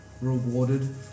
rewarded